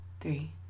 three